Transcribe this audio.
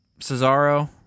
Cesaro